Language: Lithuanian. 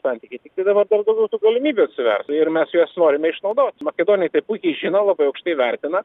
santykiai tiktai dabar dar daugiau tų galimybių atsivers ir mes juos norime išnaudot makedoniai tai puikiai žino labai aukštai vertina